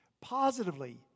Positively